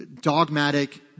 dogmatic